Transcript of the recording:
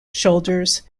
shoulders